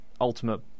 ultimate